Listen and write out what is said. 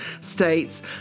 states